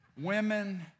women